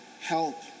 help